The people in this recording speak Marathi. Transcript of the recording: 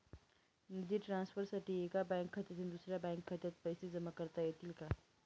निधी ट्रान्सफरसाठी एका बँक खात्यातून दुसऱ्या बँक खात्यात पैसे जमा करता येतील का?